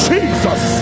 Jesus